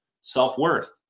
self-worth